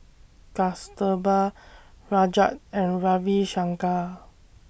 Kasturba Rajat and Ravi Shankar